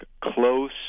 close